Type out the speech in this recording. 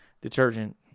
detergent